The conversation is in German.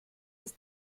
das